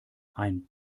ein